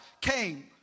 came